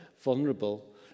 vulnerable